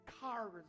cars